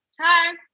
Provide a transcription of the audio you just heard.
hi